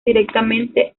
directamente